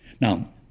Now